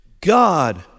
God